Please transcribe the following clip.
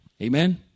Amen